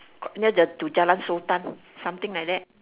near the jalan-sultan something like that